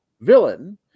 Villain